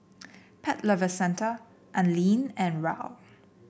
Pet Lovers Centre Anlene and Raoul